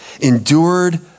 endured